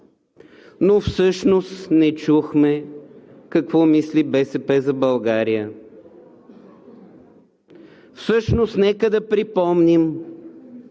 но всъщност не чухме какво мисли „БСП за България“. Нека да припомним